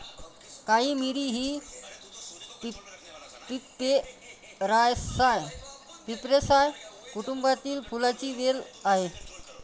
काळी मिरी ही पिपेरासाए कुटुंबातील फुलांची वेल आहे